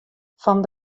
fan